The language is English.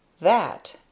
That